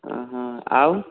ହଁ ହଁ ଆଉ